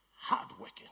hardworking